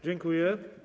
Dziękuję.